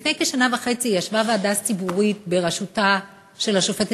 לפני כשנה וחצי ישבה ועדה ציבורית בראשותה של השופטת